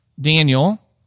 Daniel